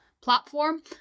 platform